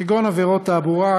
כגון עבירות תעבורה,